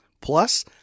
Plus